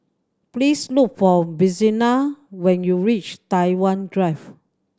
please look for Vincenza when you reach Tai Hwan Drive